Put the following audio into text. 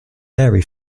dairy